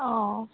অঁ